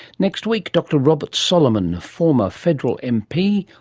next week, dr robert solomon former federal mp,